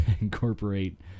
incorporate